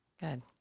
Good